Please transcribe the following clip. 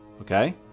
okay